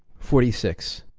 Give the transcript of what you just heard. forty six.